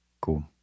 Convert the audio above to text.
cool